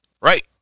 Right